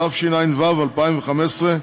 התשע"ו 2015,